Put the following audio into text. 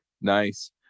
Nice